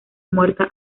muerta